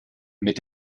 mit